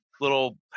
little